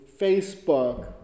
Facebook